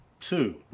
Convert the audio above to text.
Two